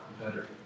better